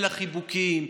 אלא חיבוקים,